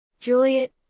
Juliet